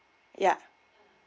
yeah